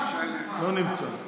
לא נמצא.